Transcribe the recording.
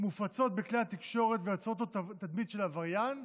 מופצת בכלי התקשורת ויוצרות לו תדמית של עבריין,